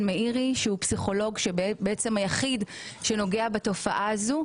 מאירי שהוא פסיכולוג והיחיד שנוגע בתופעה הזאת.